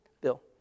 Bill